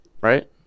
right